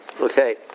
Okay